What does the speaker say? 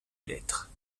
l’être